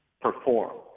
perform